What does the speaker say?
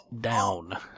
down